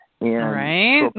Right